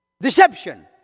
Deception